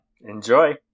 Enjoy